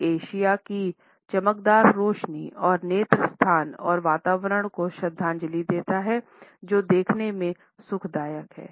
यह एशिया की चमकदार रोशनी और नेत्र स्थान और वातावरण को श्रद्धांजलि देता है जो देखने में सुखदायक है